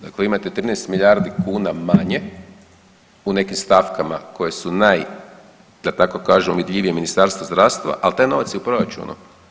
Dakle imate 13 milijardi kuna manje u nekim stavkama koje su naj, da tako kažem, vidljivije Ministarstvu zdravstva, ali taj novac je u proračunu.